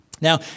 Now